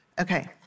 Okay